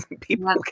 people